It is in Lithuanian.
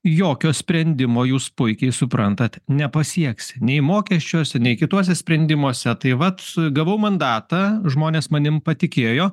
jokio sprendimo jūs puikiai suprantat nepasieks nei mokesčiuose nei kituose sprendimuose tai vat gavau mandatą žmonės manim patikėjo